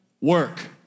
work